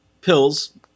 pills